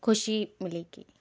खुशी मिलेगी